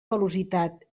velocitat